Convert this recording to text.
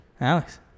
Alex